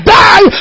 die